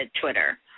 Twitter